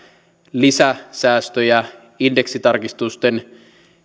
lisäsäästöjä indeksitarkistusten